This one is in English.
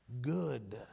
good